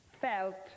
felt